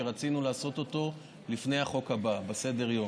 שרצינו לעשות אותו לפני החוק הבא בסדר-היום.